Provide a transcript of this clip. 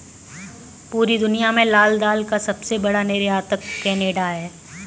पूरी दुनिया में लाल दाल का सबसे बड़ा निर्यातक केनेडा है